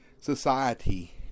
society